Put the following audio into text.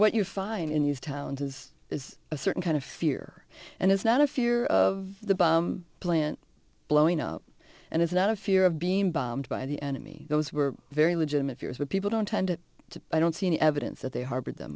what you find in these towns is is a certain kind of fear and it's not a fear of the plant blowing up and it's not a fear of being bombed by the enemy those were very legitimate fears but people don't tend to i don't see any evidence that they harbor